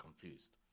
confused